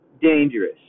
dangerous